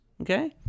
Okay